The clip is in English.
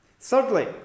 Thirdly